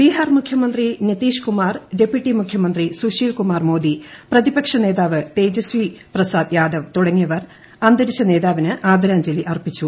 ബിഹാർ മുഖ്യമന്ത്രി നിതീഷ്കുമാർ പ്രെപ്യൂട്ടി മുഖ്യമന്ത്രി സൂശീൽ കുമാർ മോദി പ്രതിപക്ഷനേതാവ്ട്തേജസി പ്രസാദ് യാദവ് തുടങ്ങിയവർ അന്തരിച്ച നേതാവിന് ആദ്ദരാജ്ഞലി അർപ്പിച്ചു